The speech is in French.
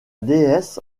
déesse